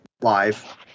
live